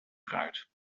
fruit